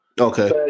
okay